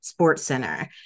SportsCenter